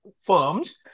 firms